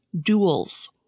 duels